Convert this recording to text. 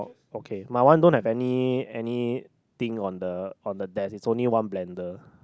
okay my one don't have any any thing on the on the desk is only one blender